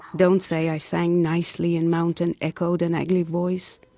don't say i sang nicely and mountain echoed an ugly voice,